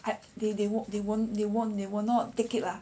I they they won't they won't they won't they will not take it lah